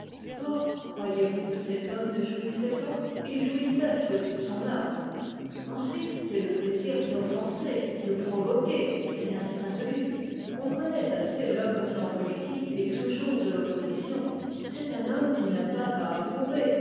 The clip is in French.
croyez-vous que cet homme ne jouissait pas il jouissait de toute son âme ensuite c'est le plaisir d'offenser de provoquer c'est l'instinct de lutte on connaît assez l'homme qui en politique est toujours de l'opposition c'est un homme qui n'aime pas à approuver